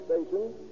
Station